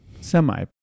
Semi